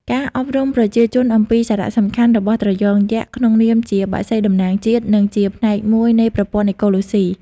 ការអប់រំប្រជាជនអំពីសារៈសំខាន់របស់ត្រយងយក្សក្នុងនាមជា បក្សីតំណាងជាតិ និងជាផ្នែកមួយនៃប្រព័ន្ធអេកូឡូស៊ី។